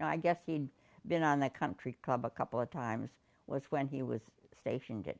i guess he'd been on the country club a couple of times was when he was stationed